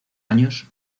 años